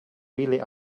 really